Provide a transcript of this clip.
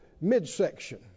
midsection